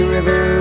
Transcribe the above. River